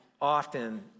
often